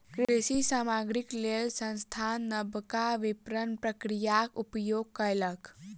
कृषि सामग्रीक लेल संस्थान नबका विपरण प्रक्रियाक उपयोग कयलक